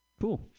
cool